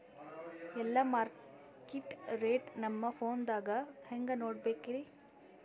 ಎಲ್ಲಾ market rate ನಮ್ ಫೋನದಾಗ ಹೆಂಗ ನೋಡಕೋಬೇಕ್ರಿ?